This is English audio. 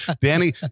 Danny